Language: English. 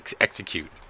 execute